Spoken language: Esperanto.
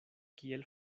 kiel